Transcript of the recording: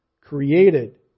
created